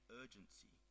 urgency